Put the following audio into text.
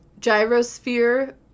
gyrosphere